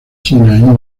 china